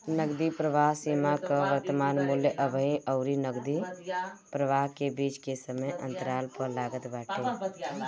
नगदी प्रवाह सीमा कअ वर्तमान मूल्य अबही अउरी नगदी प्रवाह के बीच के समय अंतराल पअ लागत बाटे